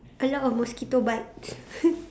a lot of mosquito bites